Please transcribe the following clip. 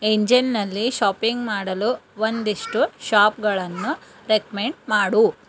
ಎಂಜೇಲ್ನಲ್ಲಿ shopping ಮಾಡಲು ಒಂದಿಷ್ಟು ಶಾಪ್ಗಳನ್ನು ರೆಕ್ಮೆಂಡ್ ಮಾಡು